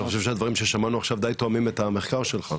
אני חושב שהדברים שעכשיו שמענו די תואמים את המחקר שלך.